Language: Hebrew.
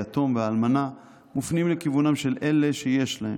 היתום והאלמנה מופנים לכיוונם של אלה שיש להם,